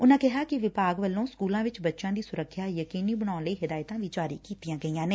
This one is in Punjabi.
ਉਨਾਂ ਕਿਹਾ ਕਿ ਵਿਭਾਗ ਵੱਲੋਂ ਸਕੁਲਾਂ ਵਿੱਚ ਬੱਚਿਆਂ ਦੀ ਸੁਰੱਖਿਆ ਯਕੀਨੀ ਬਣਾਉਣ ਲਈ ਹਦਾਇਤਾਂ ਵੀ ਜਾਰੀ ਕੀਤੀਆਂ ਗਈਆਂ ਨੇ